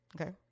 okay